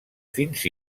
fins